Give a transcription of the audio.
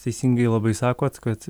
teisingai labai sakot kad